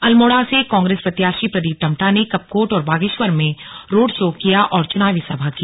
अल्मोड़ा से कांग्रेस प्रत्याशी प्रदीप टम्टा ने कपकोट और बागेश्वर में रोड शो किया और चुनावी सभा की